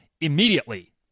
immediately